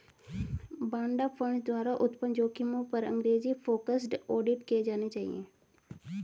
बाड़ा फंड्स द्वारा उत्पन्न जोखिमों पर अंग्रेजी फोकस्ड ऑडिट किए जाने चाहिए